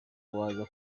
waza